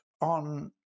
on